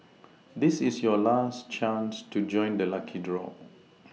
this is your last chance to join the lucky draw